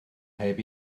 heb